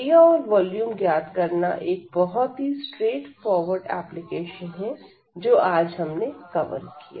area और volume ज्ञात करना एक बहुत ही स्ट्रेट फॉरवार्ड एप्लीकेशन है जो आज हमने कवर किया